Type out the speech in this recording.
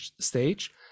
stage